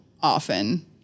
often